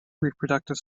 reproductive